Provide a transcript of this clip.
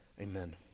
amen